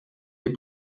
les